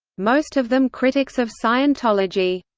most of them critics of scientology.